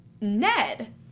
Ned